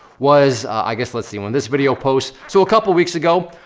was i guess let's see, when this video posts. so a couple weeks ago,